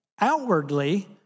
Outwardly